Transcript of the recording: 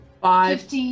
Five